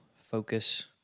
focus